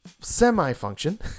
semi-function